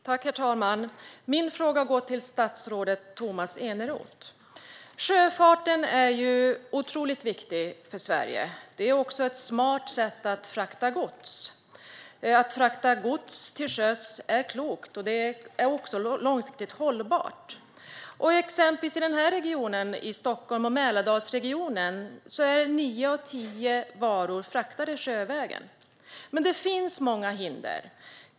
Herr talman! Min fråga går till statsrådet Tomas Eneroth. Sjöfarten är otroligt viktig för Sverige. Det är också ett smart sätt att frakta gods. Att frakta gods till sjöss är både klokt och långsiktigt hållbart. Exempelvis i den här regionen, Stockholms och Mälardalsregionen, är nio av tio varor fraktade sjövägen. Men det finns många hinder.